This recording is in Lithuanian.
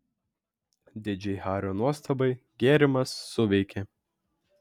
didžiai hario nuostabai gėrimas suveikė